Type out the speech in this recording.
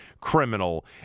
criminal